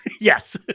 Yes